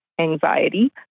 anxiety